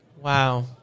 Wow